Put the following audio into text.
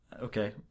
Okay